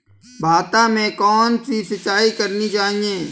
भाता में कौन सी सिंचाई करनी चाहिये?